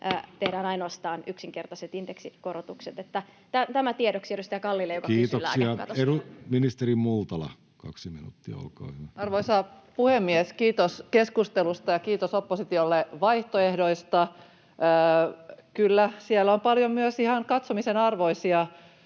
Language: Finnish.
tehdään ainoastaan yksinkertaiset indeksikorotukset. Tämä tiedoksi edustaja Kallille, joka kysyi lääkekatosta. Kiitoksia. — Ministeri Multala, kaksi minuuttia, olkaa hyvä. Arvoisa puhemies! Kiitos keskustelusta ja kiitos oppositiolle vaihtoehdoista. Kyllä, siellä on paljon myös ihan katsomisen arvoisia